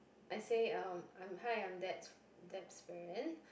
I say um I'm hi I'm Deb Deb's friend